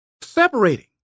Separating